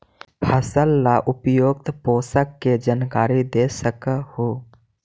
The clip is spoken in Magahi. फसल ला उपयुक्त पोषण के जानकारी दे सक हु?